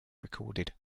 recorded